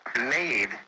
made